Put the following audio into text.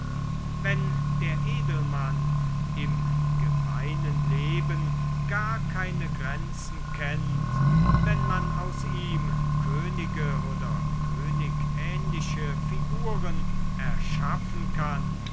wenn der edelmann im gemeinen leben gar keine grenzen kennt wenn man aus ihm könige oder königähnliche figuren erschaffen kann